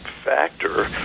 Factor